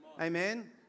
Amen